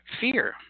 fear